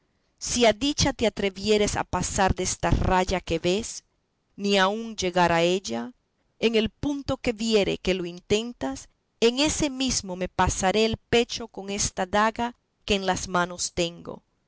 si a dicha te atrevieres a pasar desta raya que ves ni aun llegar a ella en el punto que viere que lo intentas en ese mismo me pasaré el pecho con esta daga que en las manos tengo